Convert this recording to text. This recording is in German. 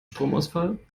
stromausfall